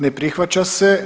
Ne prihvaća se.